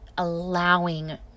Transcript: allowing